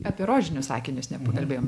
apie rožinius akinius nekalbėjom